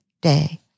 day